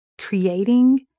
creating